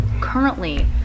currently